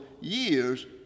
years